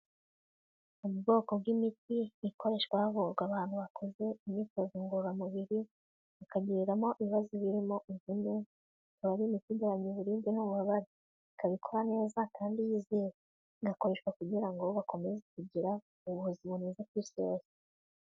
Ubwoko bw'imiti ikoreshwa havuga abantu bakoze imyitozo ngororamubiri, bakagiriramo ibibazo birimo imvune, ikaba ari imiti igabanya uburibwe n'ububabare, ikaba ikora neza kandi yizewe, igakoreshwa kugira ngo bakomeze kugira ubuzima bwiza bwizewe.